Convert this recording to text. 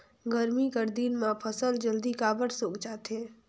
गरमी कर दिन म फसल जल्दी काबर सूख जाथे?